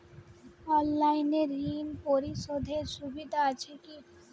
অনলাইনে ঋণ পরিশধের সুবিধা আছে কি?